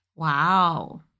Wow